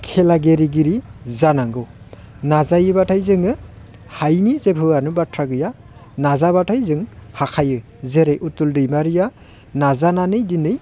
खेला गेलेगिरि जानांगौ नाजायोब्लाथाय जोङो हायिनि जेबोआनो बाथ्रा गैया नाजाब्लाथाय जों हाखायो जेरै उथुल दैमारिया नाजानानै दिनै